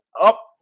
up